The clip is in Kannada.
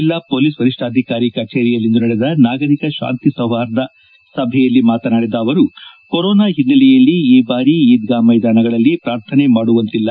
ಜಿಲ್ಲಾ ಕೊಲೀಸ್ ವರಿ ್ಲಾಧಿಕಾರಿ ಕಚೇರಿಯಲ್ಲಿಂದು ನಡೆದ ನಾಗರಿಕ ಶಾಂತಿ ಸೌಹಾರ್ದ ಸಭೆಯಲ್ಲಿ ಮಾತನಾಡಿದ ಅವರು ಕೊರೋನಾ ಹಿನ್ನೆಲೆಯಲ್ಲಿ ಈ ಬಾರಿ ಈದ್ಗಾ ಮೈದಾನಗಳಲ್ಲಿ ಪ್ರಾರ್ಥನೆ ಮಾಡುವಂತಿಲ್ಲ